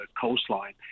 coastline